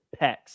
pecs